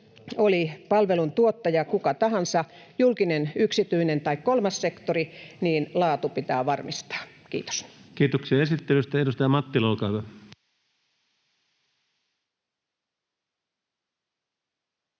oli palvelun tuottaja kuka tahansa — julkinen, yksityinen tai kolmas sektori — niin laatu pitää varmistaa. — Kiitos. Edustaja Risikko,